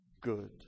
good